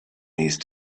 these